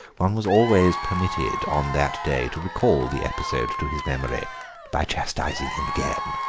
one was always permitted on that day to recall the episode to his memory by chastising him again.